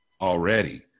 already